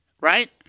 right